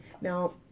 now